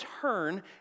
turn